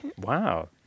Wow